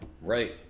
right